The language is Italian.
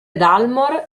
dalmor